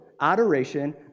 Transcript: adoration